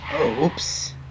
Oops